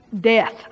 death